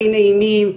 הכי נעימים,